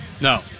No